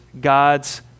God's